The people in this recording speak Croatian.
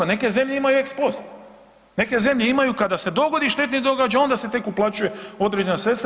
Neke zemlje imaju ex post, neke zemlje imaju kada se dogodi štetni događaj onda se tek uplaćuju određena sredstva.